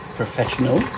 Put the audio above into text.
professional